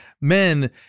Men